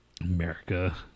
America